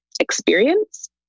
experience